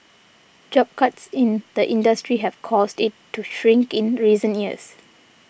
job cuts in the industry have caused it to shrink in recent years